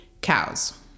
cows